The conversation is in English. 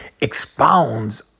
expounds